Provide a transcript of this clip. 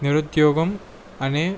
నిరుద్యోగం అనే